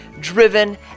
driven